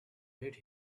made